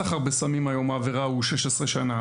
סחר בסמים בעבירה היום 16 שנים,